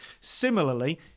Similarly